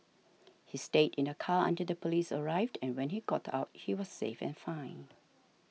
he stayed in the car until the police arrived and when he got out he was safe and fine